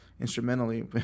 Instrumentally